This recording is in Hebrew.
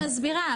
אני מסבירה,